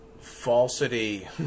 falsity